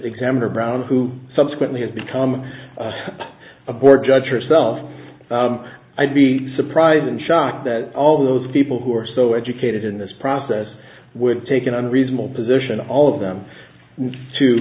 examiner brown who subsequently had become a board judge herself i'd be surprised and shocked that all those people who are so educated in this process would take an unreasonable position all of them to